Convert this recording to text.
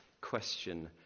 question